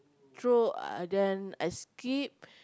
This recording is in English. through then I skip